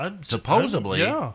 supposedly